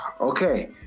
okay